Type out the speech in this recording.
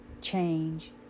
change